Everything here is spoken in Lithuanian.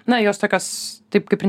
na jos tokios taip kaip ir